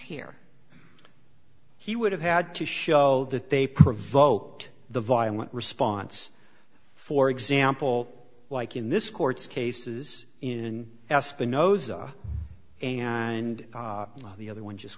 here he would have had to show that they provoked the violent response for example like in this court's cases in espinosa and the other one just